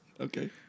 Okay